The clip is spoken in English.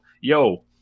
yo